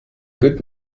good